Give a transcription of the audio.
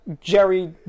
Jerry